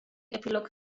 epilog